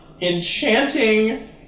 enchanting